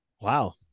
Wow